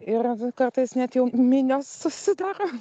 ir kartais net jau minios susidaro